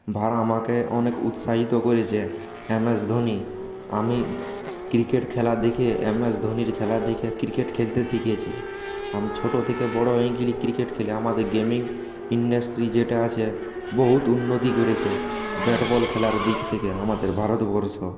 আমাকে অনেক উৎসাহিত করেছে এমএস ধোনি আমি ক্রিকেট খেলা দেখে এমএস ধোনির খেলা দেখে ক্রিকেট খেলতে শিখেছি আমি ছোট থেকে বড় হয়ে গেলাম ক্রিকেট খেলি আমাদের গেমিং ইন্ডাস্ট্রি যেটা আছে বহু উন্নতি করেছে ব্যাটবল খেলার দিক থেকে আমাদের ভারতবর্ষ